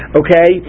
okay